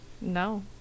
no